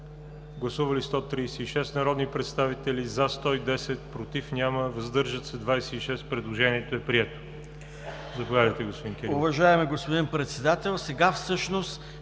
Гласували 136 народни представители: за 110, против няма, въздържали се 26. Предложението е прието. Заповядайте, господин Кирилов.